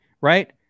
right